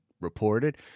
reported